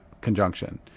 conjunction